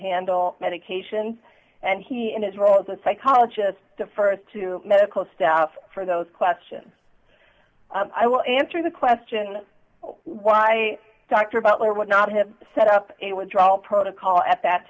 handle medications and he in his role as a psychologist the st two medical staff for those questions i will answer the question why dr beller would not have set up a withdrawal protocol at that